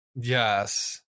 Yes